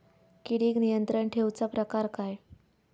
किडिक नियंत्रण ठेवुचा प्रकार काय?